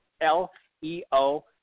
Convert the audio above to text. L-E-O